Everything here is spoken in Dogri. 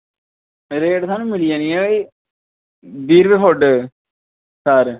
रेट थुहानू मिली जानी ऐ कोई बीह् रपे फुट तार